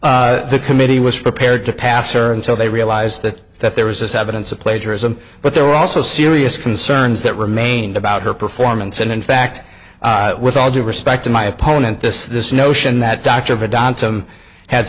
yes the committee was prepared to pass or until they realize that that there was this evidence of plagiarism but there were also serious concerns that remained about her performance and in fact with all due respect to my opponent this this notion that dr